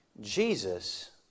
Jesus